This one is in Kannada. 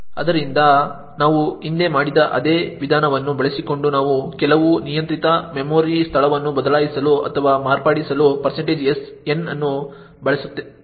ಆದ್ದರಿಂದ ನಾವು ಹಿಂದೆ ಮಾಡಿದ ಅದೇ ವಿಧಾನವನ್ನು ಬಳಸಿಕೊಂಡು ನಾವು ಕೆಲವು ಅನಿಯಂತ್ರಿತ ಮೆಮೊರಿ ಸ್ಥಳವನ್ನು ಬದಲಾಯಿಸಲು ಅಥವಾ ಮಾರ್ಪಡಿಸಲು n ಅನ್ನು ಬಳಸಬಹುದು